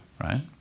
right